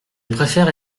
préfère